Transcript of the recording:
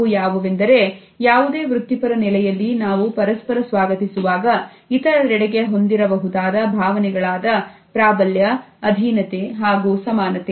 ಅವು ಯಾವುವೆಂದರೆ ಯಾವುದೇ ವೃತ್ತಿಪರ ನೆಲೆಯಲ್ಲಿ ನಾವು ಪರಸ್ಪರ ಸ್ವಾಗತಿಸುವಾಗ ಇತರರೆಡೆಗೆ ಹೊಂದಿರಬಹುದಾದ ಭಾವನೆಗಳಾದ ಪ್ರಾಬಲ್ಯ ಅಧೀನತೆ ಹಾಗೂ ಸಮಾನತೆ